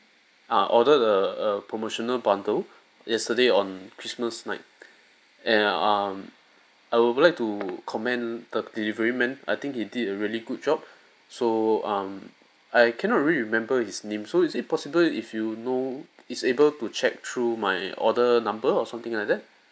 err ordered a a promotional bundle yesterday on christmas night and um I would like to commend the delivery men I think he did a really good job so um I cannot really remember his name so is it possible if you know is able to check through my order number or something like that